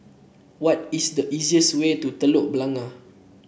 what is the easiest way to Telok Blangah